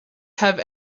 have